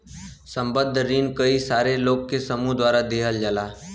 संबंद्ध रिन कई सारे लोग के समूह द्वारा देवल जाला